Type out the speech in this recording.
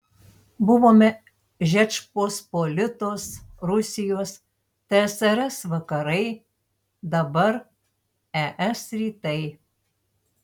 buvome žečpospolitos rusijos tsrs vakarai dabar es rytai